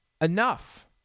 enough